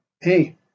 hey